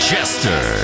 Jester